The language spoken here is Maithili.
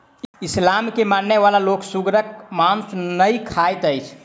इस्लाम के मानय बला लोक सुगरक मौस नै खाइत अछि